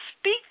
speak